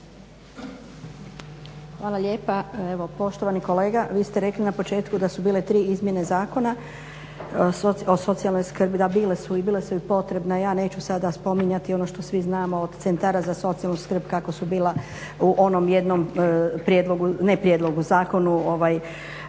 Hvala lijepa. Evo poštovani kolega, vi ste rekli na početku da su bile tri izmjene Zakona o socijalnoj skrbi, da bile su i bile su i potrebne. Ja neću sada spominjati ono što svi znamo od centara za socijalnu skrb, kako su bila u onom jednom prijedlogu, ne prijedlogu, zakonu